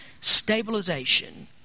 stabilization